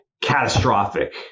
catastrophic